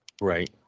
Right